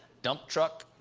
dump truck.